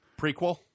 Prequel